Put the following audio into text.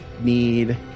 need